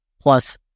plus